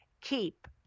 keep